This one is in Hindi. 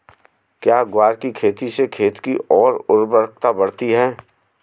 क्या ग्वार की खेती से खेत की ओर उर्वरकता बढ़ती है?